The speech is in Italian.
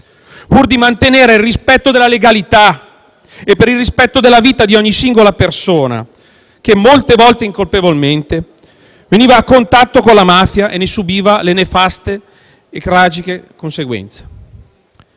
e di mantenere il rispetto della legalità e della vita di ogni singola persona che, molte volte incolpevolmente, veniva a contatto con la mafia e ne subiva le nefaste e tragiche conseguenze.